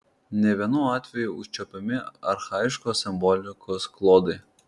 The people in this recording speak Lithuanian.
ne vienu atveju užčiuopiami archaiškos simbolikos klodai